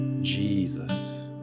Jesus